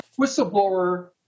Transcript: whistleblower